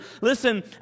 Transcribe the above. Listen